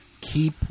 Keep